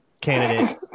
candidate